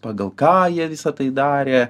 pagal ką jie visa tai darė